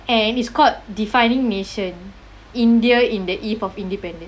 and it's called defining nation india in the eve of independent